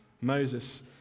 Moses